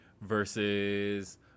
versus